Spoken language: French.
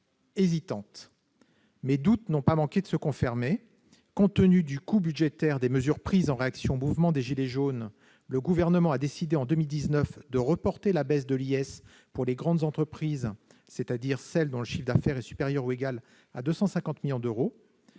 hésitante. Mes doutes n'ont pas manqué de se confirmer : compte tenu du coût budgétaire des mesures prises en réaction au mouvement des « gilets jaunes », le Gouvernement a décidé en 2019 de reporter la baisse de l'IS pour les grandes entreprises, c'est-à-dire celles dont le chiffre d'affaires est supérieur ou égal à 250 millions d'euros.